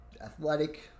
athletic